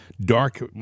dark